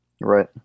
Right